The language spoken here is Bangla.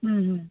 হুম হুম